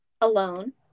Alone